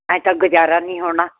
ਐਂ ਤਾਂ ਗੁਜ਼ਾਰਾ ਨਹੀਂ ਹੋਣਾ